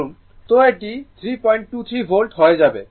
তো এটি 323 ভোল্ট হয়ে যাবে